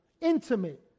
intimate